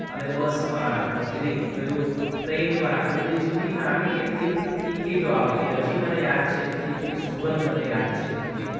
અને બસમાં કે પછી પેલું ટ્રેનમાં કે બધી જૂની નાની એટલી ટિકિટો આવતી હજી મને યાદ છે ટિકિટની સુગંધ મને યાદ છે ટિકિટ